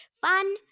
Fun